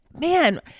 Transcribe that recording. man